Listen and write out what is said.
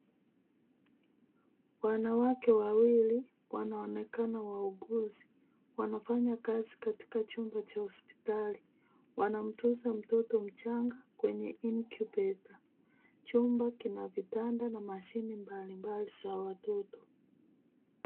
Wanawake wawili wanaonekana wauguzi. Wanafanya kazi katika chumba cha hospitali. Wanamtunza mtoto mchanga kwenye incubator . Chumba kina vitanda, na mashine mbalimbali za watoto.